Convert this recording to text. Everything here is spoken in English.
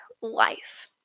life